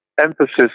emphasis